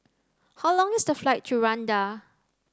how long is the flight to Rwanda